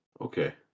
Okay